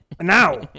now